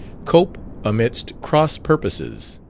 cope amidst cross-purposes